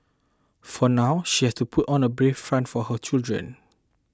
for now she has to put on a brave front for her children